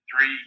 three